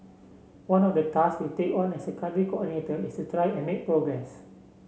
one of the task we'll take on as Country Coordinator is to try and make progress